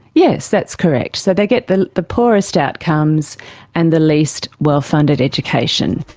yes. that's correct. so they get the the poorest outcomes and the least well-funded education.